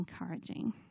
encouraging